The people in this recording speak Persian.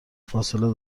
فاصله